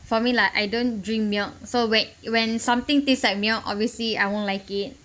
for me like I don't drink milk so wait when something taste like milk obviously I won't like it